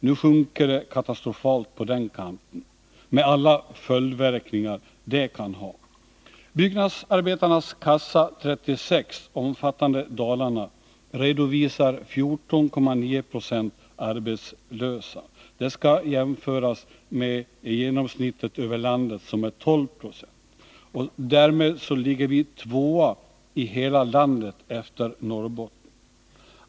Nu sjunker det katastrofalt på den kanten med alla följdverkningar som det får. Byggnadsarbetarnas Kassa 36 omfattande Dalarna redovisar 14,9 9 arbetslösa. Det skall jämföras med genomsnittet i landet som är 12 96. Därmed ligger vi tvåa i hela landet efter Norrbotten.